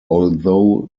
although